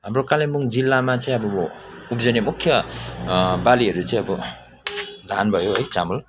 हाम्रो कालिम्पोङ जिल्लामा चाहिँ अब उब्जनी मुख्य बालीहरू चाहिँ अब धान भयो है चामल